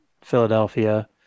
Philadelphia